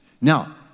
Now